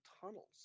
tunnels